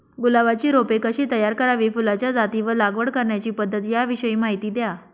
गुलाबाची रोपे कशी तयार करावी? फुलाच्या जाती व लागवड करण्याची पद्धत याविषयी माहिती द्या